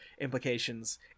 implications